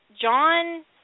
John